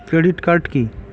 Credit card key?